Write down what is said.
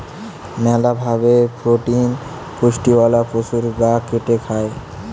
মেলা ভাবে প্রোটিন পুষ্টিওয়ালা পশুর গা কেটে খায়